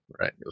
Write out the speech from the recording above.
Right